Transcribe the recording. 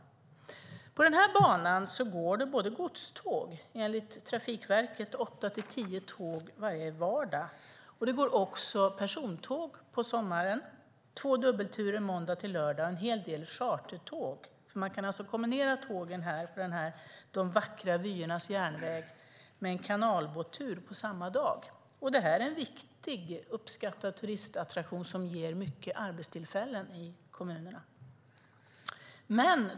På den här banan går enligt Trafikverket både godståg, åtta till tio tåg varje vardag, och persontåg på sommaren, två dubbelturer måndag till lördag, samt en hel del chartertåg. Man kan alltså kombinera en tågtur på de vackra vyernas järnväg med en kanalbåttur samma dag. Det är en viktig och uppskattad turistattraktion som ger många arbetstillfällen i de berörda kommunerna.